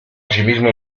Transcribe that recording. asimismo